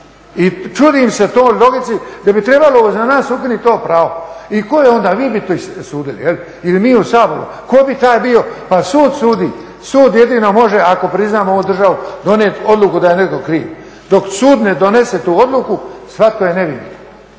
I čudim se toj logici da bi trebalo za nas ukinuti to pravo. I tko je onda vi bi sudili ili mi u Saboru. Tko bi taj bio? Pa sud sudi, sud jedino može ako priznamo ovu državu donijeti odluku da je netko kriv. Dok sud ne donese tu odluku svatko je nevin